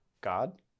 God